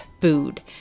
food